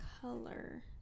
color